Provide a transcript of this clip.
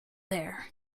there